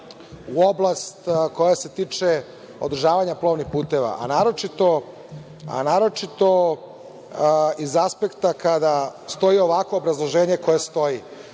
u oblast koja se tiče održavanja plovnih puteva, a naročito iz aspekta kada stoji ovakvo obrazloženje koje stoji,